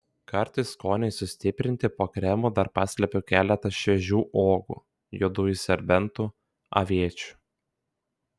kartais skoniui sustiprinti po kremu dar paslepiu keletą šviežių uogų juodųjų serbentų aviečių